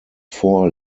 four